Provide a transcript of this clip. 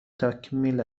تکمیل